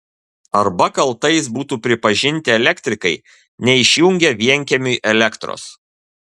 arba kaltais būtų pripažinti elektrikai neišjungę vienkiemiui elektros